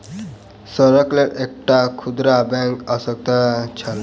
शहरक लेल एकटा खुदरा बैंकक आवश्यकता छल